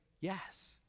yes